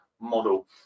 model